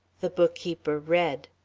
the bookkeeper read